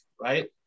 right